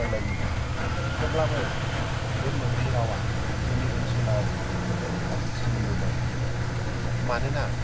फोलेरनि थेवब्लाबो बे मोननै रावा जोंनि ओनसोलाव जोबोर खाथि सोमोन्दो दं मानोना